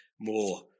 more